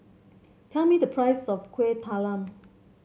tell me the price of Kueh Talam